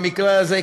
במקרה הזה,